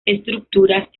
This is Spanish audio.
estructuras